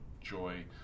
Joy